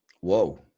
Whoa